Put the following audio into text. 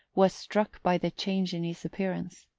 was struck by the change in his appearance.